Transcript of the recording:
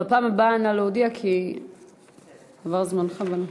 בפעם הבאה נא להודיע, כי עבר זמנך.